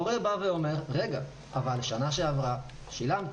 הורה בא ואומר: רגע, אבל שנה שעברה שילמתי.